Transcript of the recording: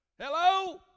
Hello